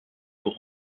pour